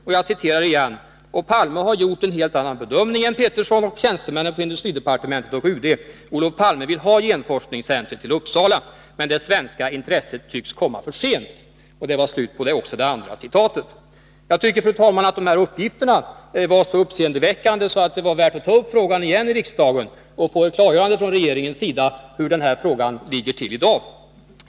Man skriver: ”-—— och Palme har gjort en helt annan bedömning än Peterson och tjänstemännen på industridepartementet och UD. Olof Palme vill ha genforskningscentret till Uppsala. Men det svenska intresset tycks komma för sent.” Fru talman! Jag tycker att de här uppgifterna är så uppseendeväckande att de motiverar en fråga i riksdagen. På det sättet kan man få ett klargörande från regeringens sida om hur saken ligger till.